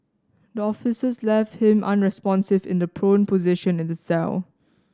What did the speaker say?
the officers left him unresponsive in the prone position in the cell